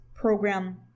program